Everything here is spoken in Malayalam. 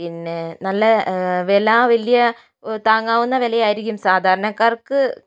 പിന്നേ നല്ല എല്ലാ വെല വലിയ താങ്ങാവുന്ന വിലയായിരിക്കും സാധാരണകാർക്ക്